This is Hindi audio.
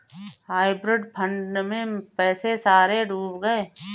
हाइब्रिड फंड में पैसे सारे डूब गए